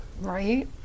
Right